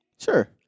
Sure